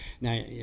now